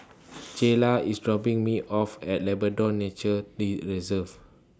Jayla IS dropping Me off At Labrador Nature Reserve